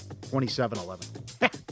27-11